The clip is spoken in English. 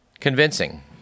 convincing